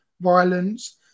violence